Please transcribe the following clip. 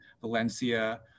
Valencia